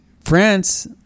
France